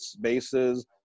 bases